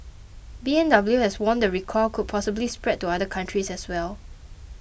B M W has warned the recall could possibly spread to other countries as well